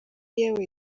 yewe